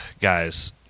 guys